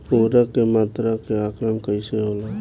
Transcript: उर्वरक के मात्रा के आंकलन कईसे होला?